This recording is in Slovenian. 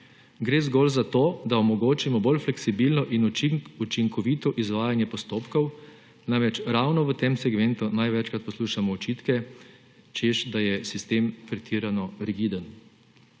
Gre zgolj za to, da omogočimo bolj fleksibilno in učinkovito izvajanje postopkov, namreč ravno v tem segmentu največkrat poslušamo očitke, češ da je sistem pretirano rigiden.